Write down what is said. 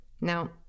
Now